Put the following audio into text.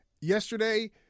Yesterday